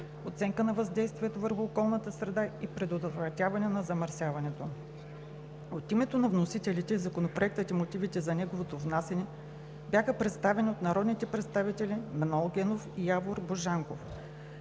оценка на въздействието върху околната среда и предотвратяване на замърсяването“. От името на вносителите Законопроектът и мотивите за неговото внасяне бяха представени от народните представители Манол Генов и Явор Божанков.